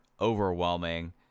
overwhelming